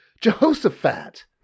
Jehoshaphat